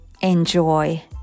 enjoy